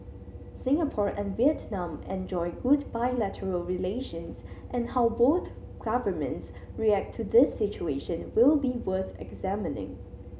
Singapore and Vietnam enjoy good bilateral relations and how both governments react to this situation will be worth examining